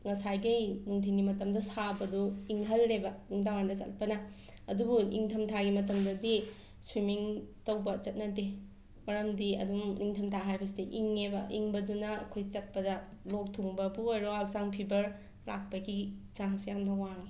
ꯉꯁꯥꯏꯈꯩ ꯅꯨꯡꯊꯤꯟꯒꯤ ꯃꯇꯝꯗ ꯁꯥꯕꯗꯨ ꯏꯪꯍꯜꯂꯦꯕ ꯅꯨꯡꯊꯥꯡ ꯋꯥꯏꯔꯝ ꯆꯠꯄꯅ ꯑꯗꯨꯕꯨ ꯏꯪꯊꯝꯊꯥꯒꯤ ꯃꯇꯝꯗꯗꯤ ꯁ꯭ꯋꯤꯃꯤꯡ ꯇꯩꯕ ꯆꯠꯅꯗꯦ ꯃꯔꯝꯗꯤ ꯑꯗꯨꯝ ꯅꯤꯡꯊꯝꯊꯥ ꯍꯥꯏꯕꯁꯦ ꯏꯪꯉꯦꯕ ꯏꯪꯕꯗꯨꯅ ꯑꯩꯈꯣꯏ ꯆꯠꯄꯗ ꯂꯣꯛ ꯊꯨꯡꯕꯕꯨ ꯑꯣꯏꯔꯣ ꯍꯛꯆꯥꯡ ꯐꯤꯕꯔ ꯂꯥꯛꯄꯒꯤ ꯆꯥꯟꯁ ꯌꯥꯝꯅ ꯋꯥꯡꯏ